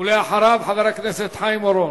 ואחריו, חבר הכנסת חיים אורון.